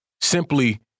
simply